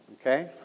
Okay